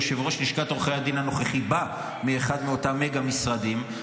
יושב-ראש לשכת עורכי הדין הנוכחי בא מאחד מאותם מגה משרדים,